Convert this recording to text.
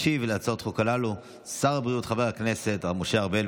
ישיב על ההצעות החוק הללו שר הבריאות חבר הכנסת הרב משה ארבל,